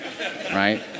right